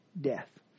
death